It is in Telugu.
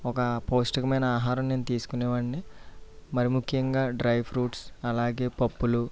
ఒక పౌష్టికమైన ఆహారం నేను తీసుకునేవాడ్ని మరి ముఖ్యంగా డ్రై ఫ్రూట్స్ అలాగే పప్పులు